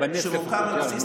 משרד הסברה כזה,